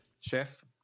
chef